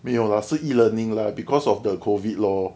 没有啦是 e-learning lah because of the COVID lor